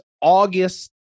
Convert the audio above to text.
August